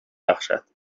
بخشد